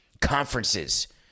conferences